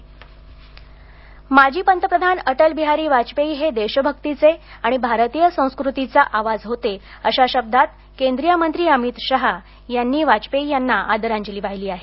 अमित शहा श्रध्दांजली माजी पंतप्रधान अटल बिहारी वाजपेयी हे देशभक्तीचे आणि भारतीय संस्कृतीचा आवाज होते अशा शब्दांत केंद्रिय मंत्री अमित शहा यांना वाजपेयी यांना आदरांजली वाहिली आहे